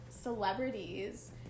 celebrities